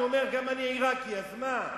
אז אני אומר: גם אני עירקי, אז מה?